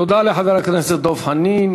תודה לחבר הכנסת דב חנין.